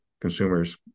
consumers